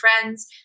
friends